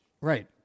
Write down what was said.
Right